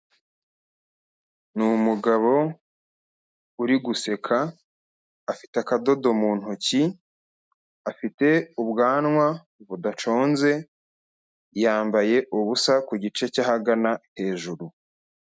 Ni umugabo uri guseka afite akadodo mu ntoki, afite ubwanwa budaconze, yambaye ubusa ku gice cya ahagana hejuru.